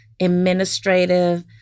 administrative